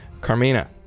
carmina